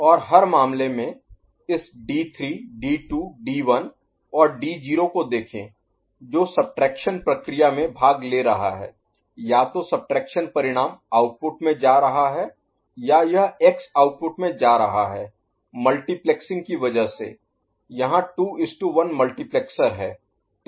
और हर मामले में इस d3 d2 d1 और d0 को देखें जो सब्ट्रैक्शन प्रक्रिया में भाग ले रहा है या तो सब्ट्रैक्शन परिणाम आउटपुट में जा रहा है या यह x आउटपुट में जा रहा है मल्टीप्लेक्सिंग की वजह से यहाँ 21 मल्टीप्लेक्सर है